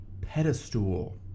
pedestal